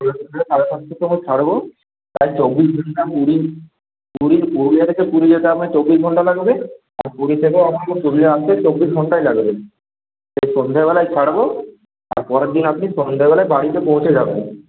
সন্ধ্যে সাড়ে সাতটার সময় ছাড়ব প্রায় চব্বিশ ঘণ্টা দু দিন পুরী পুরুলিয়া থেকে পুরী যেতে আপনার চব্বিশ ঘণ্টা লাগবে আর পুরী থেকেও আপনার পুরুলিয়া আসতে চব্বিশ ঘণ্টাই লাগবে সেই সন্ধ্যেবেলায় ছাড়ব আর পরের দিন আপনি সন্ধ্যেবেলায় বাড়িতে পৌঁছে যাবেন